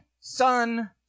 son